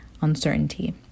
uncertainty